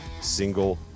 single